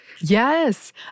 yes